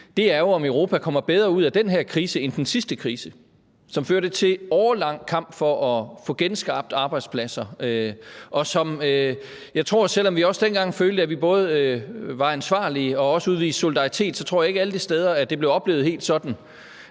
er, om Europa kommer bedre ud af den her krise end den sidste krise, som førte til en årelang kamp for at få genskabt arbejdspladser. Og selv om vi også dengang følte, at vi både var ansvarlige og også udviste solidaritet, så tror jeg ikke, at det alle steder blev oplevet helt sådan.